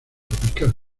tropical